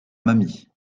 mamie